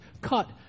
cut